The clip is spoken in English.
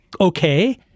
okay